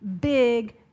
big